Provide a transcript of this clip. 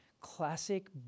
classic